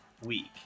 week